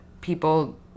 people